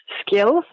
skills